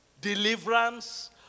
deliverance